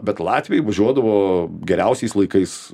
bet latviai važiuodavo geriausiais laikais